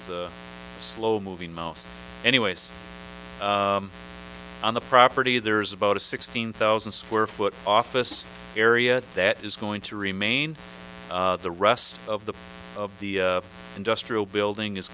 a slow moving mouse anyways on the property there's about a sixteen thousand square foot office area that is going to remain the rest of the of the industrial building is